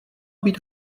být